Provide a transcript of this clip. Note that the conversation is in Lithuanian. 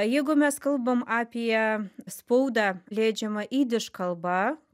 jeigu mes kalbam apie spaudą leidžiamą jidiš kalba